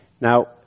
Now